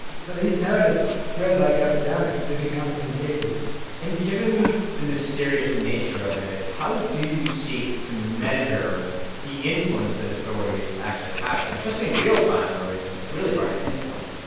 so these narratives spread like epidemics. they become contagious and given the mysterious nature of it, how do you seek to measure the influence that a story is actually having, especially in real time where it's it's really hard to pinpoint?